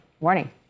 Morning